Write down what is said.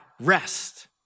rest